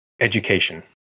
education